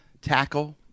tackle